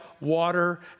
water